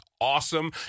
Awesome